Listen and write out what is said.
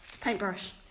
Paintbrush